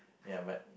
ya but